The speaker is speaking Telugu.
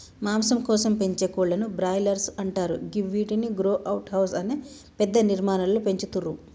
మాంసం కోసం పెంచే కోళ్లను బ్రాయిలర్స్ అంటరు గివ్విటిని గ్రో అవుట్ హౌస్ అనే పెద్ద నిర్మాణాలలో పెంచుతుర్రు